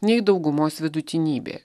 nei daugumos vidutinybė